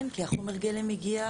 כן, כי חומר הגלם הגיע.